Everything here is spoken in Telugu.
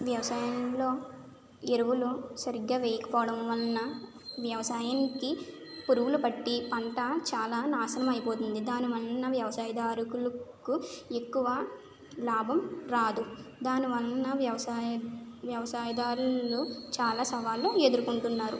వ్యవసాయంలో ఎరువులు సరిగ్గా వేయకపోవడం వలన వ్యవసాయానికి పురుగులు పట్టి పంట చాలా నాశనం అయిపోతుంది దానివలన వ్యవసాయదారులకు ఎక్కువ లాభం రాదు దాని వలన వ్యవసాయం వ్యవసాయదారులు చాలా సవాళ్ళు ఎదుర్కొంటున్నారు